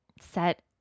set